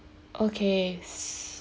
okay